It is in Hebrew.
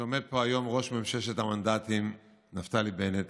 שעומד פה היום ראש ממששת המנדטים נפתלי בנט